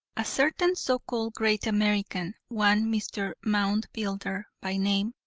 a certain so-called great american, one mr. moundbuilder by name,